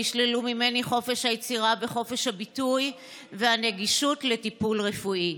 נשללו ממני חופש היצירה וחופש הביטוי והגישה לטיפול רפואי.